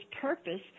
purpose